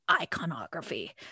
iconography